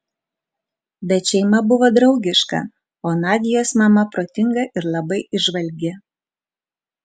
bet šeima buvo draugiška o nadios mama protinga ir labai įžvalgi